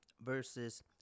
versus